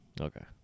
Okay